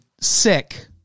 sick